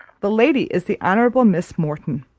the lady is the hon. miss morton,